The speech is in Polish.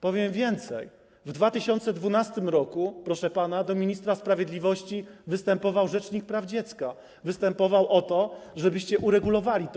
Powiem więcej, w 2012 r., proszę pana, do ministra sprawiedliwości występował rzecznik praw dziecka, występował o to, żebyście uregulowali to.